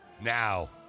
Now